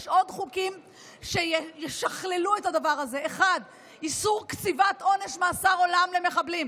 יש עוד חוקים שישכללו את הדבר הזה: 1. איסור קציבת עונש מאסר עולם למחבלים.